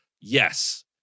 yes